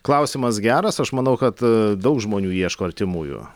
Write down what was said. klausimas geras aš manau kad daug žmonių ieško artimųjų